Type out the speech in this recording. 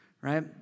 right